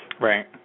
right